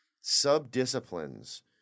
sub-disciplines